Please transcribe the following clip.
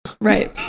right